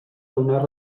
donar